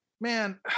man